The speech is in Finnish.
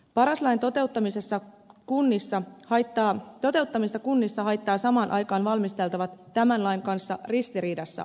paras lain toteuttamista kunnissa haittaavat samaan aikaan valmisteltavat tämän lain kanssa ristiriidassa olevat lait